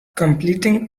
completing